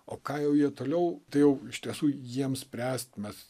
o ką jau jie toliau tai jau iš tiesų jiems spręst mes